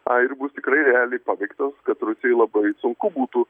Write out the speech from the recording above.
a ir bus tikrai realiai paveiktos kad rusijai labai sunku būtų